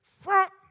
front